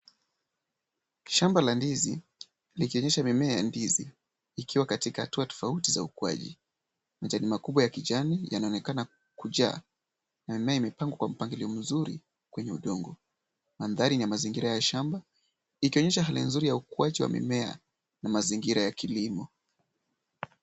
Shamba la ndizi ikionyesha mimea ya ndizi ikiwa katika hatua tofauti za ukuaji. Majani makubwa yanaonekana kujaa na mimea imepangwa kwa mpangilio mzuri kwenye udongo. Mandhari ni ya mazingira ya shamba ikionyesha hali nzuri ya ukuaji wa mimea na mazingira ya kilimo.